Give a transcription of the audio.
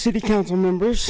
city councilmembers